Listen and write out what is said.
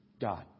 God